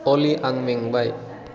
अलि आं मेंबाय